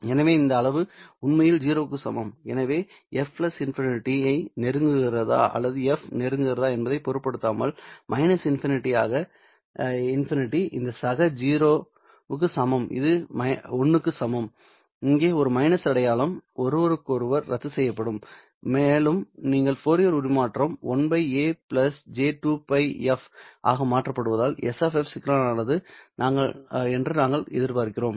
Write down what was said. எனவே இந்த அளவு உண்மையில் 0 க்கு சமம் எனவே f ∞ ஐ நெருங்குகிறதா அல்லது f நெருங்குகிறதா என்பதைப் பொருட்படுத்தாமல் ∞ இந்த சக 0 க்கு சமம் இது 1 க்கு சமம் இங்கே ஒரு மைனஸ் அடையாளம் ஒருவருக்கொருவர் ரத்துசெய்யப்படும் மேலும் நீங்கள் ஃபோரியர் உருமாற்றம் 1 a j2Πf ஆக மாற்றப்படுவதால் s சிக்கலானது என்று நாங்கள் எதிர்பார்க்கிறோம்